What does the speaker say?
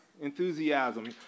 enthusiasm